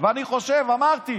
ואני חושב, אמרתי,